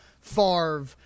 Favre